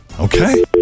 Okay